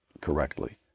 correctly